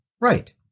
right